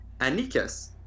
Anikis